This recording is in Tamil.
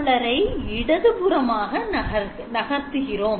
Downsampler இடதுபுறமாக நகர்கிறோம்